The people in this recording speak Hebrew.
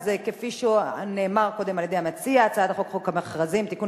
אז כפי שנאמר קודם על-ידי המציע: הצעת חוק חובת המכרזים (תיקון,